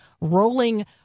rolling